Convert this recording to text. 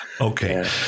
Okay